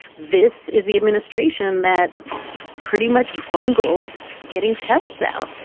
this is the administration that pretty much bungled getting tests out.